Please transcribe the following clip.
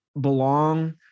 belong